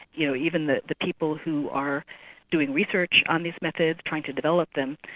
you know even the the people who are doing research on these methods, trying to develop them,